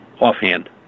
offhand